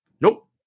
Nope